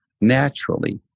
naturally